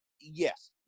yes